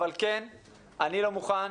אבל כן אני לא מוכן,